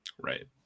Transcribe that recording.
Right